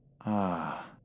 Ah